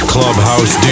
Clubhouse